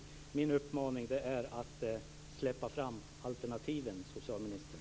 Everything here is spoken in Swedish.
Min uppmaning är: Släpp fram alternativen, socialministern!